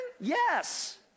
Yes